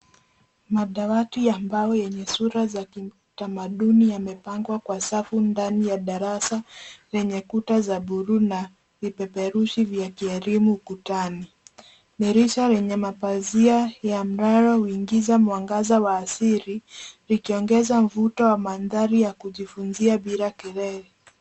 Madawati ya mbao yenye sura za kitamaduni yamepangwa kwa safu ndani ya darasa lenye kuta za buluu na vipeperushi vya kielimu kutani. Dirisha lenye mapazia ya mlalo huingiza mwangaza wa asili likiongeza mvuto wa mandhari ya kujifunzia bila kelele.